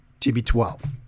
TB12